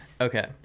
Okay